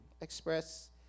express